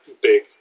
big